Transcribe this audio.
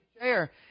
chair